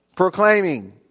Proclaiming